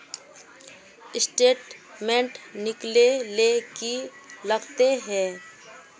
Statement निकले ले की लगते है?